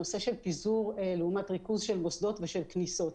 הנושא של פיזור לעומת ריכוז של מוסדות ושל כניסות.